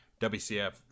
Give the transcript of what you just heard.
wcf